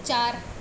चारि